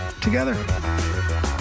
together